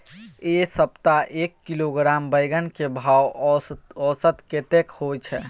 ऐ सप्ताह एक किलोग्राम बैंगन के भाव औसत कतेक होय छै?